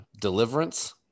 Deliverance